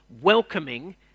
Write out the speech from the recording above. welcoming